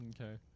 Okay